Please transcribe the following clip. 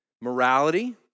morality